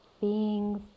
Beings